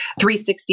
360